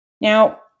Now